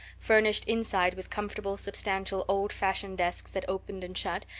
furnished inside with comfortable substantial old-fashioned desks that opened and shut,